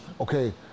okay